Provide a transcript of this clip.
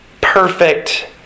perfect